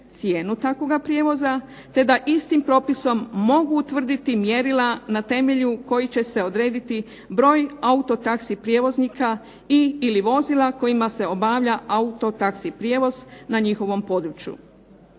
cijenu takvoga prijevoza, te da istim propisom mogu utvrditi mjerila na temelju kojih će se odrediti broj autotaxi prijevoznika i ili vozila kojima se obavlja autotaxi prijevoz na njihovom području.